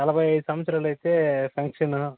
నలభై సంవత్సరాలైతే పెన్షను